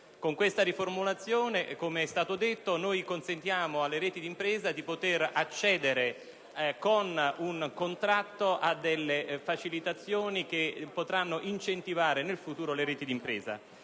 Con questa riformulazione, come è stato detto, noi consentiamo alle reti di impresa di poter accedere, con un contratto, a facilitazioni che le potranno incentivare nel futuro. Mi corre